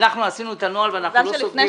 עשינו את הנוהל ואנחנו לא --- עובדה שלפני